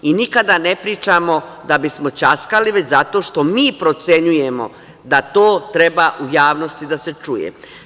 Nikada ne pričamo da bismo ćaskali, već zato što mi procenjujemo da to treba u javnosti da se čuje.